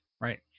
right